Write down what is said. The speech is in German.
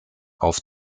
auf